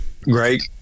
Great